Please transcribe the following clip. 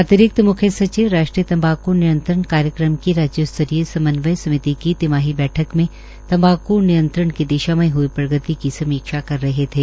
अतिरिक्त मुख्य सचिव राष्ट्रीय तंबाक् नियंत्रण कार्यक्रम के राज्य स्तरीय समन्वय समिति की तिमाही बैठक में तंबाकू नियंत्रण की दिशा में प्रगति की समीक्षा कर रहे थे